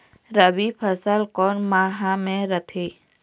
रबी फसल कोन माह म रथे?